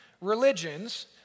religions